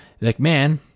McMahon